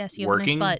working